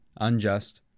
unjust